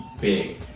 big